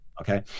Okay